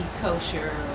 kosher